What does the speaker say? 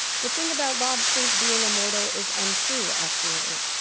the thing about lobsters being immortal is untrue, actually.